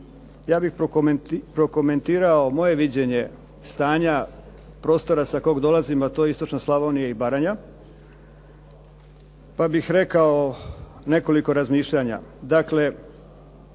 Ja bih prokomentirao moje viđenje stanja, prostora sa kog dolazim, a to je istočna Slavonija i Baranja pa bih rekao nekoliko razmišljanja. Dakle,